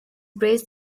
braced